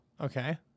Okay